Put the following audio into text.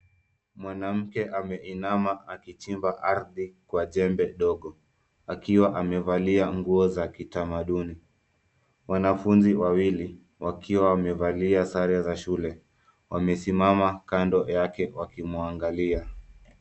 Mwanamke ameinama akichimba ardhi kwa jembe ndogo, akiwa amevalia nguo za kitamaduni. Wanafunzi wawili, wakiwa wamevalia sare za shule, wamesimama kando yake wakimwangalia.